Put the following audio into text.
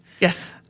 Yes